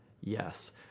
Yes